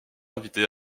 invité